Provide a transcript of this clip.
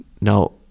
Now